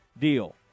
deal